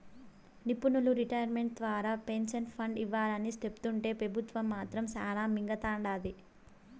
నిపునులు రిటైర్మెంట్ తర్వాత pension fund ఇవ్వాలని సెప్తుంటే పెబుత్వం మాత్రం శానా మింగతండాది